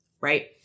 right